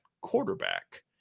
quarterback